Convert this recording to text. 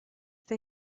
they